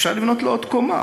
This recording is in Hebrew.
אפשר לבנות לו עוד קומה.